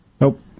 Nope